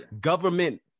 government